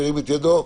ירים את ידו.